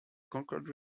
concord